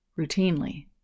routinely